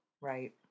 Right